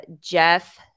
Jeff